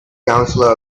counselor